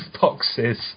boxes